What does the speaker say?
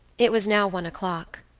it was now one o'clock,